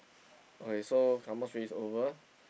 okay so kampung spirit race over